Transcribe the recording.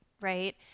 right